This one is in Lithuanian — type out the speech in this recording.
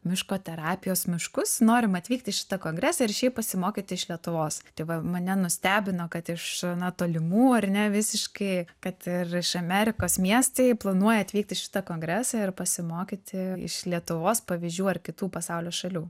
miško terapijos miškus norim atvykt į šitą kongresą ir šiaip pasimokyt iš lietuvos tai va mane nustebino kad iš na tolimų ar ne visiškai kad ir iš amerikos miestai planuoja atvykt į šitą kongresą ir pasimokyti iš lietuvos pavyzdžių ar kitų pasaulio šalių